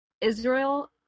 Israel